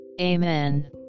Amen